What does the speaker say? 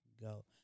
go